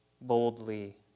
boldly